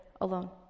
alone